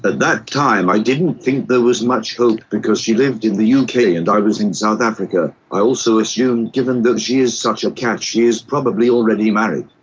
but that time i didn't think there was much hope because she lived in the uk and i was in south africa. i also assumed, given that she is such a catch, she is probably already married.